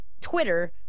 Twitter